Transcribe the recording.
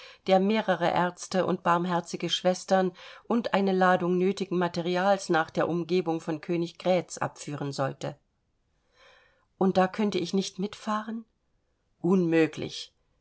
der mehrere ärzte und barmherzige schwestern und eine ladung nötigen materials nach der umgebung von königgrätz abführen sollte und da könnte ich nicht mitfahren unmöglich